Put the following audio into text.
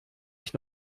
ich